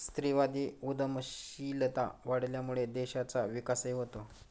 स्त्रीवादी उद्यमशीलता वाढल्यामुळे देशाचा विकासही होतो